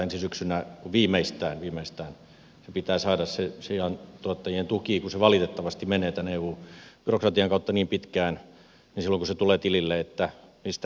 ensi syksynä viimeistään viimeistään pitää saada se siantuottajien tuki kun valitettavasti menee tämän eu byrokratian kautta niin pitkään että silloin kun se tulee tilille ei muista mistä se tulikaan